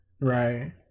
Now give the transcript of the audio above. Right